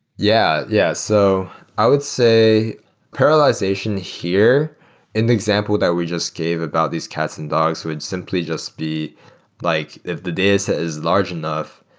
yeah. yeah. so i would say parallelization here in the example that we just gave about these cats and dogs would simply just be like if the dataset is large enough,